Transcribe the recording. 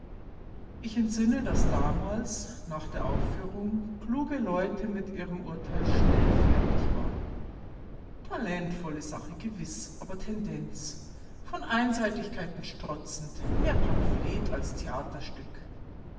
ich entsinne daß damals nach der aufführung kluge leute mit ihrem urteil schnell fertig waren talentvolle sache gewiß aber tendenz von einseitigkeiten strotzend mehr pamphlet als theaterstück